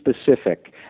specific